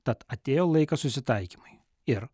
tad atėjo laikas susitaikymui ir